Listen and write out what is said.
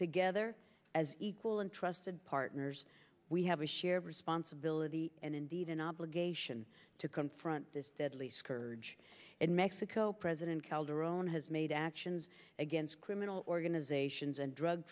together as equal and trusted partners we have a shared responsibility and indeed an obligation to confront this deadly scourge in mexico president calderon has made actions against criminal organizations and drug